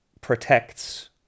protects